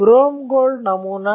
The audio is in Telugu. క్రోమ్ గోల్డ్ నమూనా